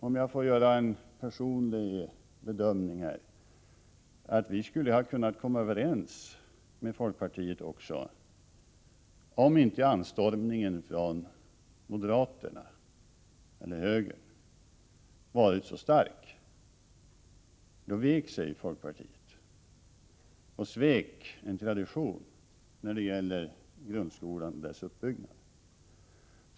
Om jag får göra en personlig bedömning tror jag att vi skulle ha kunnat komma överens med folkpartiet, om inte anstormningen från moderaterna, eller högern, varit så stark. Inför den vek sig folkpartiet och svek en tradition när det gäller grundskolan och dess uppbyggnad.